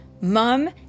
Mom